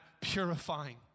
purifying